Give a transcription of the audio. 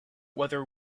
whether